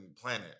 planet